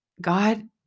God